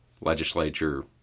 legislature